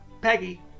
Peggy